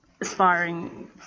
aspiring